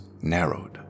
narrowed